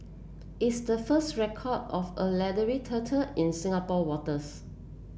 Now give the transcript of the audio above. is the first record of a leathery turtle in Singapore waters